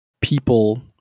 people